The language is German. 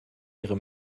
ihre